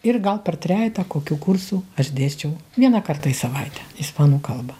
ir gal per trejetą kokių kursų aš dėsčiau vieną kartą į savaitę ispanų kalbą